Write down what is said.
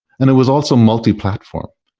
and it was also multi-platform,